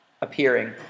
appearing